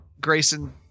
Grayson